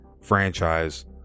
franchise